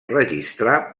registrar